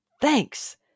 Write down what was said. thanks